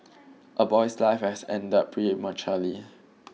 a boy's life has ended prematurely